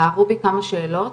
בערו בי כמה שאלות,